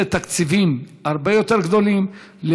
לתת תקציבים הרבה יותר גדולים,